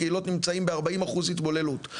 הקהילות נמצאות ב-40% התבוללות,